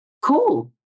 cool